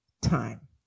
time